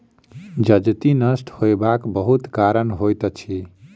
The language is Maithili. जजति नष्ट होयबाक बहुत कारण होइत अछि